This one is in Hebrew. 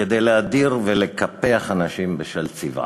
כדי להדיר ולקפח אנשים בשל צבעם,